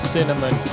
Cinnamon